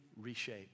reshape